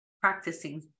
practicing